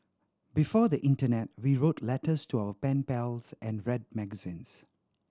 before the internet we wrote letters to our pen pals and read magazines